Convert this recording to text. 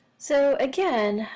so again,